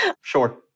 Sure